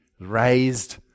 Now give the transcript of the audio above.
raised